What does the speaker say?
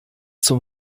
zum